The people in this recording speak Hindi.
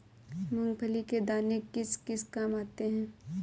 मूंगफली के दाने किस किस काम आते हैं?